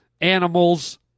animals